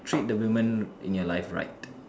treat the women in your life right